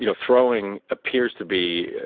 you know throwing appears to be,